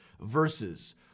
verses